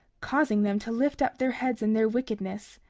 causing them to lift up their heads in their wickedness,